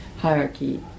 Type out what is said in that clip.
hierarchy